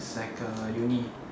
it's like a uni